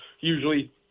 Usually